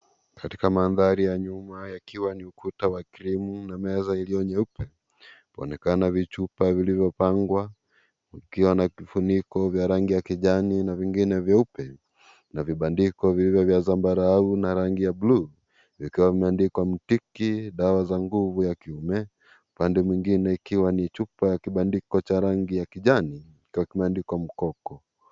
Katika mandhari ya nyuma yakiwa ni ukuta wa kirimu na meza iliyo nyeupe paonekana vichupa viliyopangwa vikiwa na kifuniko vya rangi ya kijani na vingine vyeupe na vibandiko vilivyo vya zambarau na rangi ya bluu vikiwa vimeandikwa 'Mtiki dawa za NGUVU ZA KIUME'. Upande mwingine ikiwa ni chupa ya kibandiko cha rangi ya kijani kikiwa kimeandikwa 'mkoko'.